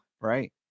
Right